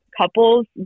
couples